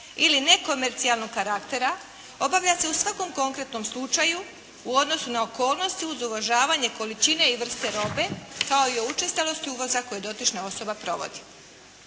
ili nekomercijalnog karaktera obavlja se u konkretnom slučaju u odnosu na okolnosti uz uvažavanje količine i vrste robe kao i o učestalosti uvoza koji dotična osoba provodi.“